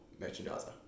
merchandiser